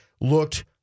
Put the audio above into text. looked